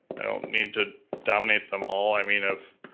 i don't need to dominate them all. i mean if